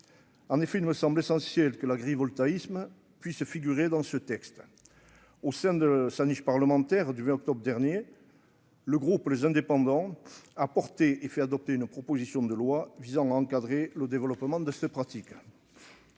En effet, il me semble essentiel que l'agrivoltaïsme puisse figurer dans ce texte au sein de sa niche parlementaire du 20 octobre dernier. Le groupe, les indépendants a porté et fait adopter une proposition de loi visant à encadrer le développement de ce pratique.